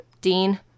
Dean